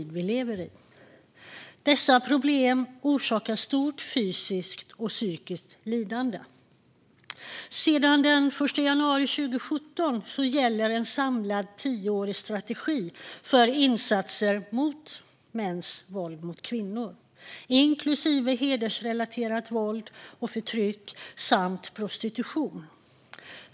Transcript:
Dessa problem orsakar stort fysiskt och psykiskt lidande. Sedan den 1 januari 2017 gäller en samlad tioårig strategi för insatser mot mäns våld mot kvinnor, inklusive hedersrelaterat våld och förtryck samt prostitution.